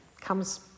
comes